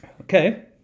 Okay